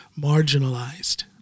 marginalized